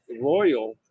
Royal